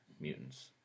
mutants